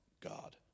God